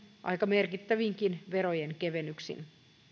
aika merkittävinkin verojen kevennyksin